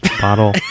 bottle